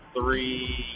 three